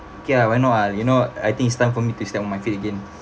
okay lah why not ah you know I think it's time for me to step on my feet again